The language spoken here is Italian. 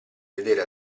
vedere